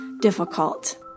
difficult